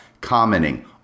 commenting